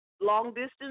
long-distance